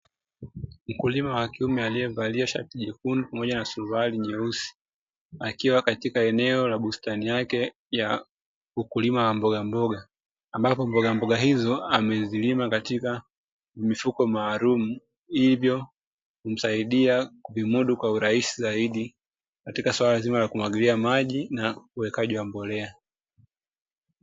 Mkulima wa kiume alievalia shati jekundu pamoja na suruali nyeusi akiwa katika eneo la bustani yake ya ukulima wa mbogamboga, ambapo mbogamboga hizo amezilima katika mifuko maalumu hivyo humsaidia kuvimudu kwa urahisi zaidi katika swala zima la kumwagilia maji na uwekaji wa mbolea.